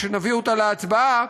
כשנביא אותה להצבעה,